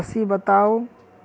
राशि बताउ